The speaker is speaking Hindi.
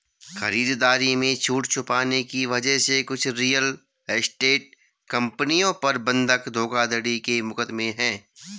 खरीदारी में छूट छुपाने की वजह से कुछ रियल एस्टेट कंपनियों पर बंधक धोखाधड़ी के मुकदमे हैं